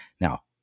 Now